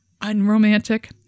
unromantic